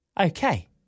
okay